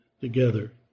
together